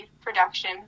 production